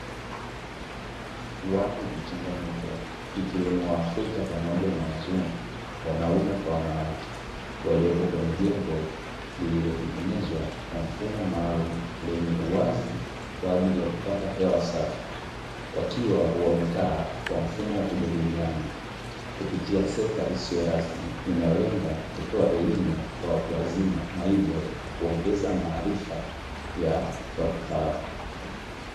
Watu mchanganyiko ikiwemo wa afrika pamoja na wazungu wanaume kwa wanawake waliopo kwenye jengo lililotengenezwa kwa mfumo maalumu lenye uwazi kwa ajili ya kupata hewa safi, wakiwa wamekaa kwa mfumo wa kujadiliana kupitia sekta isiyo rasmi inayolenga kutoa elimu kwa watu wazima na hivyo kuongeza maarifa ya watu hao.